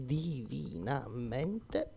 divinamente